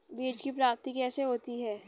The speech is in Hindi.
बीज की प्राप्ति कैसे होती है?